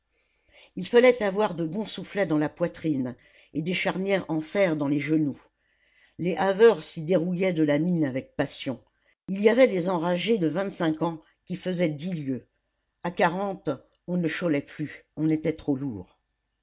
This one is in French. il fallait avoir de bons soufflets dans la poitrine et des charnières en fer dans les genoux les haveurs s'y dérouillaient de la mine avec passion il y avait des enragés de vingt-cinq ans qui faisaient dix lieues a quarante on ne cholait plus on était trop lourd